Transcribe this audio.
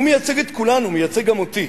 והוא מייצג את כולנו, הוא מייצג גם אותי.